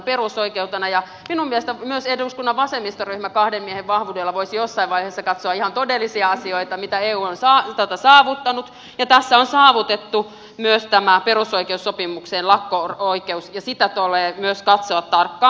minun mielestäni myös eduskunnan vasenryhmä kahden miehen vahvuudella voisi jossain vaiheessa katsoa ihan todellisia asioita mitä eu on saavuttanut ja tässä on saavutettu myös perusoikeussopimukseen lakko oikeus ja sitä tulee myös katsoa tarkkaan